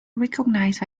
recognized